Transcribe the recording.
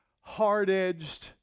hard-edged